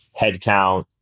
headcount